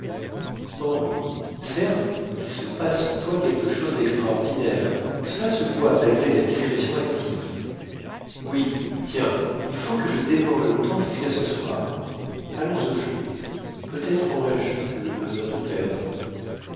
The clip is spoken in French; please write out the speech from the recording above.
certes il se passe en toi quelque chose d'extraordinaire et cela se voit malgré ta discrétion active oui tiens il faut que je dévore le temps jusqu'à ce soir allons au jeu peut-être aurai-je le bonheur de perdre